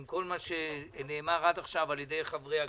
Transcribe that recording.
עם כל מה שנאמר עד עכשיו על ידי חברי הכנסת,